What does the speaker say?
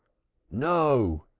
no!